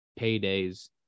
paydays